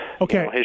okay